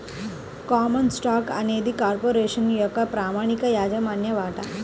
common stock అనేది corporation యొక్క ప్రామాణిక యాజమాన్య వాటా